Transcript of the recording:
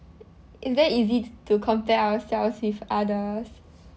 it's very easy to compare ourselves with others